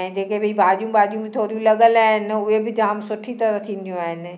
ऐं जे के बि भाॼियूं वाॼियूं थोड़ियूं लॻल आहिनि उहे बि जाम सुठी तरह थींदियूं आहिनि